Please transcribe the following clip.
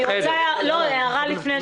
אני רוצה הערה לפרוטוקול.